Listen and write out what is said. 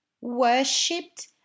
worshipped